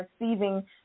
receiving